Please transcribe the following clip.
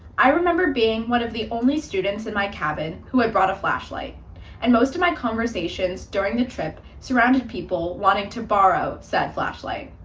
i remember being one of the only students in my cabin who had brought a flashlight and most of my conversations conversations during the trip surrounded people wanting to borrow said flashlight.